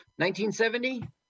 1970